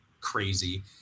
crazy